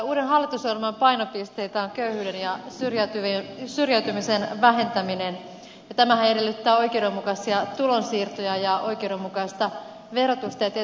uuden hallitusohjelman painopisteitä on köyhyyden ja syrjäytymisen vähentäminen ja tämähän edellyttää oikeudenmukaisia tulonsiirtoja ja oikeudenmukaista verotusta ja tietysti työtä